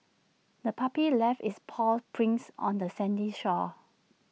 the puppy left its paw prints on the sandy shore